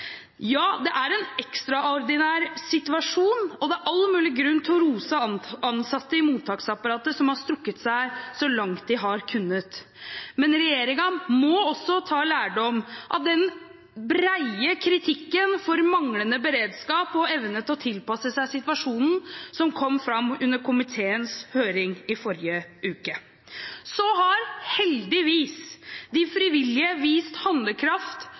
Det er en ekstraordinær situasjon, og det er all mulig grunn til å rose ansatte i mottaksapparatet, som har strukket seg så langt de har kunnet. Men regjeringen må også ta lærdom av den brede kritikken for manglende beredskap og evne til å tilpasse seg situasjonen som kom fram under komiteens høring i forrige uke. Heldigvis har de frivillige vist handlekraft